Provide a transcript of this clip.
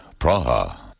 Praha